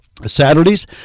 Saturdays